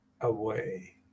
away